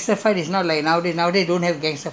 you cannot and fight into the into the